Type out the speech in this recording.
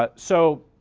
but so,